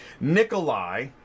Nikolai